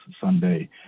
Sunday